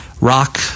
rock